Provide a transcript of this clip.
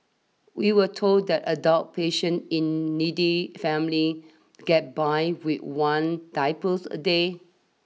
we were told that adult patients in needy families get by with one diaper a day